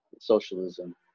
Socialism